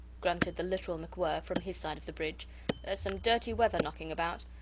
grunted the literal macwhirr, from his side of the bridge. theres some dirty weather knocking about.